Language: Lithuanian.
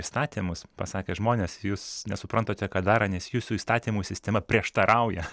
įstatymus pasakė žmonės jūs nesuprantate ką daro nes jūsų įstatymų sistema prieštarauja